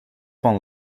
van